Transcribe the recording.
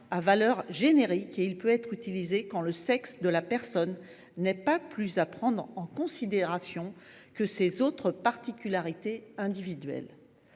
a valeur générique et peut être utilisé quand le sexe de la personne n’est pas à prendre plus en considération que ses autres particularités individuelles.